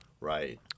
Right